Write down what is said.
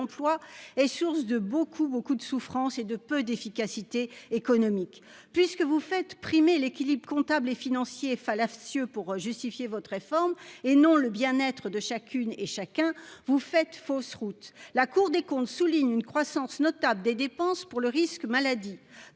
est source de beaucoup beaucoup de souffrance et de peu d'efficacité économique puisque vous faites primer l'équilibre comptable et financier est fallacieux pour justifier votre réforme, et non le bien-être de chacune et chacun. Vous faites fausse route. La Cour des comptes souligne une croissance notable des dépenses pour le risque maladie